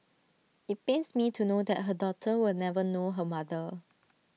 IT pains me to know that her daughter will never know her mother